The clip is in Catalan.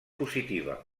positiva